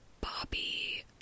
Bobby